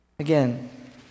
Again